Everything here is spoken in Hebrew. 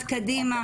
צעד קדימה,